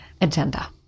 agenda